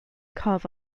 carve